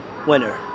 winner